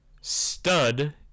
stud